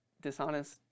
dishonest